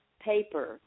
paper